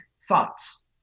thoughts